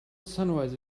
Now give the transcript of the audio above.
sunrise